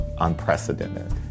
unprecedented